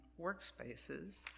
workspaces